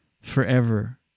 Forever